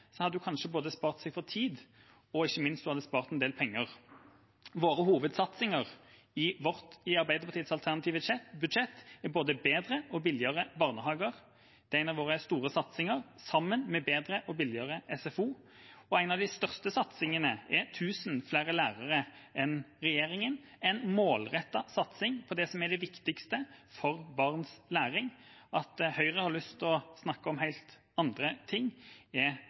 hadde hun kanskje spart seg både for tid og ikke minst en del penger. Hovedsatsingene i Arbeiderpartiets alternative budsjett er både bedre og billigere barnehager. Det er en av våre store satsinger, sammen med bedre og billigere SFO. Og en av de største satsingene er tusen flere lærere enn regjeringa – en målrettet satsing på det som er det viktigste for barns læring. At Høyre har lyst til å snakke om helt andre ting, er